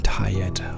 tired